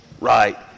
right